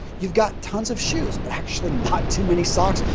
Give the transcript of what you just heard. you've got tons of shoes, but actually not too many socks,